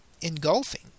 engulfing